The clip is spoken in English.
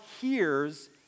hears